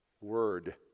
word